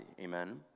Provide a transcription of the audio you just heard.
Amen